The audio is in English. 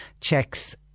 checks